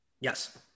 Yes